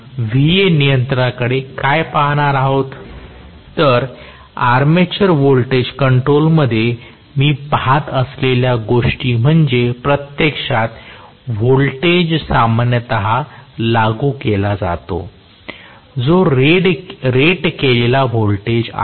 तर armature voltage कंट्रोलमध्ये मी पहात असलेल्या गोष्टी म्हणजे प्रत्यक्षात व्होल्टेज सामान्यत लागू केला जातो जो रेट केलेले व्होल्टेज आहे